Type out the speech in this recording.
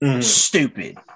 stupid